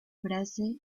frase